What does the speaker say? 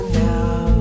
now